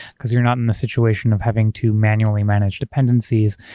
because you're not in the situation of having to manually manage dependencies.